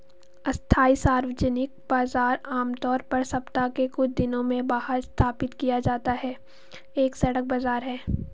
अस्थायी सार्वजनिक बाजार, आमतौर पर सप्ताह के कुछ दिनों में बाहर स्थापित किया जाता है, एक सड़क बाजार है